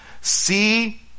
See